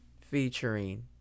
featuring